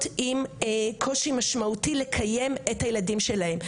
בקושי משמעותי לקיים את הילדים שלהן.